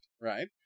Right